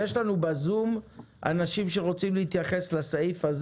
נמצאים אתנו בזום אנשים שרוצים להתייחס לסעיף הזה?